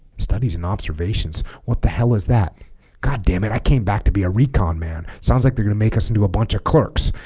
studies and observations what the hell is that god damn it i came back to be a recon man sounds like they're going to make us into a bunch of clerks